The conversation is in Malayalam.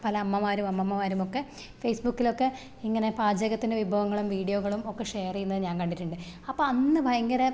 പല അമ്മമാരും അമ്മമ്മമാരും ഒക്കെ ഫേസ് ബുക്കിലൊക്കെ ഇങ്ങനെ പാചകത്തിൻ്റെ വിഭവങ്ങളും വീഡിയോകളും ഒക്കെ ഷെയർ ചെയ്യുന്നത് ഞാൻ കണ്ടിട്ടുണ്ട് അപ്പം അന്ന് ഭയങ്കര